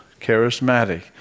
charismatic